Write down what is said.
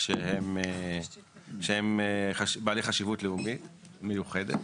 שהם בעלי חשיבות לאומית מיוחדת.